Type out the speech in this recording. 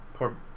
Poor